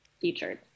featured